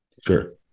sure